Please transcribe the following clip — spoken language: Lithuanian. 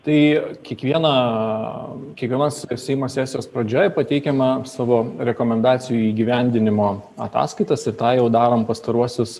tai kiekvieną kiekvienos seimo sesijos pradžioje pateikiame savo rekomendacijų įgyvendinimo ataskaitas ir tą jau darom pastaruosius